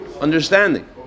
understanding